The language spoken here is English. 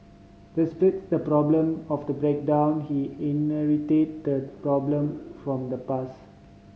despite the problem of the breakdown he inherited the problem from the past